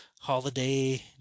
holiday